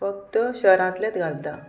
फक्त शहरांतलेच घालता